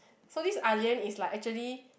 so this Ah Lian is like actually